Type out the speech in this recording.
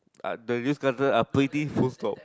uh the news cutter are pretty full stop